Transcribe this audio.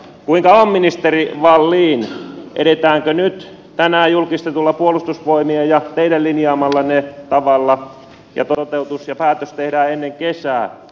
kuinka on ministeri wallin edetäänkö nyt tänään julkistetulla puolustusvoimien ja teidän linjaamallanne tavalla ja toteutus ja päätös tehdään ennen kesää